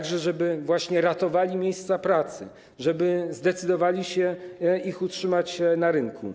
Po to, żeby właśnie ratowali miejsca pracy, żeby zdecydowali się ich utrzymać na rynku.